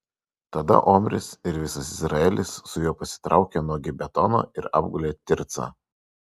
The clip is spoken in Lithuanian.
tada omris ir visas izraelis su juo pasitraukė nuo gibetono ir apgulė tircą